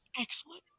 excellent